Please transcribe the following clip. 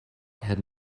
had